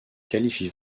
qualifie